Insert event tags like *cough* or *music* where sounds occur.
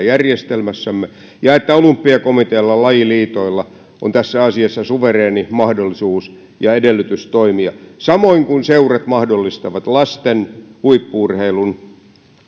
*unintelligible* järjestelmässämme ja että olympiakomitealla lajiliitoilla on tässä asiassa suvereeni mahdollisuus ja edellytys toimia samoin kuin seurat mahdollistavat lasten huippu urheilun ne